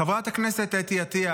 חברת הכנסת אתי עטייה,